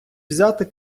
взяти